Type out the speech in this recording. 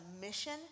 mission